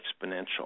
exponential